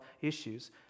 issues